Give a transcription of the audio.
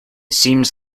seems